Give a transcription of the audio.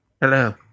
Hello